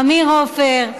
עמיר עופר,